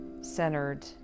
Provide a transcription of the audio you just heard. centered